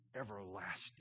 Everlasting